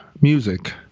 music